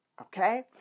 Okay